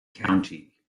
county